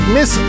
Miss